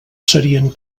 serien